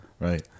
Right